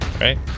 right